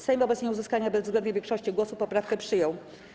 Sejm wobec nieuzyskania bezwzględnej większości głosów poprawkę przyjął.